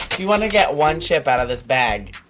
you want to get one chip out of this bag,